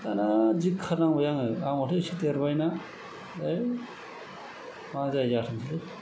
दाना दिख्खार नांबाय आङो आंबोथ' इसे देरबायना ऐ मा जायगा थाफैखो